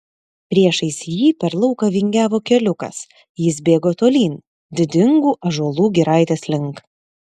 priešais jį per lauką vingiavo keliukas jis bėgo tolyn didingų ąžuolų giraitės link